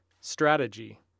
Strategy